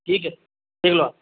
ठीक है देख लो आप